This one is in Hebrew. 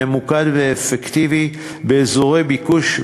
ממוקד ואפקטיבי באזורי ביקוש,